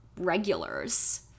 regulars